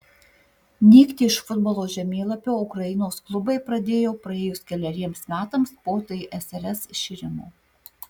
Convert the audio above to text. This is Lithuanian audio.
nykti iš futbolo žemėlapio ukrainos klubai pradėjo praėjus keleriems metams po tsrs iširimo